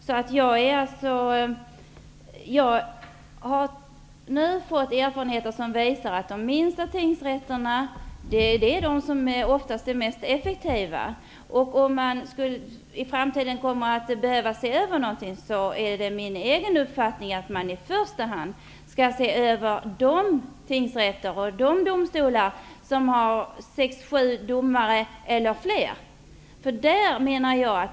Jag har nu fått kunskaper som visar att de minsta tingsrätterna är ofta de som är de mest effektiva. Enligt min egen uppfattning bör man i framtiden i första hand se över de tingsrätter och domstolar som har sex sju eller fler domare.